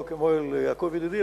לא כמו אל יעקב ידידי,